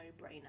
no-brainer